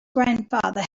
grandfather